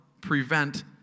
prevent